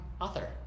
author